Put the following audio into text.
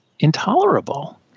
intolerable